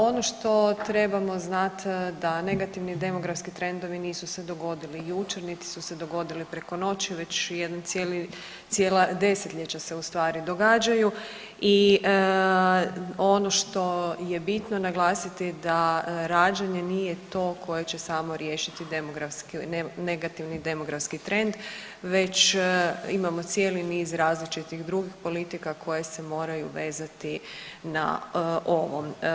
Ono što trebamo znati da negativni demografski trendovi nisu se dogodili jučer niti su se dogodili preko noći već jedan cijeli, cijela desetljeća se ustvari događaju i ono što je bitno naglasiti da rađanje nije to koje će samo riješiti demografski, negativni demografski trend već imamo cijeli niz različitih drugih politika koje se moraju vezati na ovo.